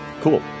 cool